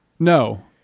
No